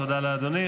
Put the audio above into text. תודה לאדוני.